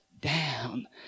down